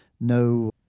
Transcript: no